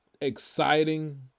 exciting